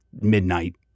midnight